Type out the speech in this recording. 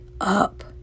up